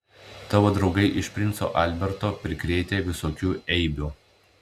tavo draugai iš princo alberto prikrėtę visokių eibių